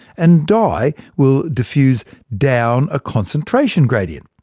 and dye will diffuse down a concentration gradient.